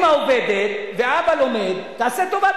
ואני כל הזמן התלבטתי איפה אני הולך לעשות את הדבר הזה,